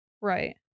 right